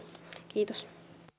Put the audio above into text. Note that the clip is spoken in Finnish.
kiitos